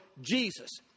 Jesus